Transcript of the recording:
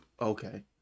okay